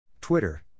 Twitter